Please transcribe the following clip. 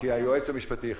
כי היועץ המשפטי איחר.